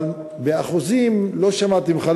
אבל באחוזים לא שמעתי בכלל,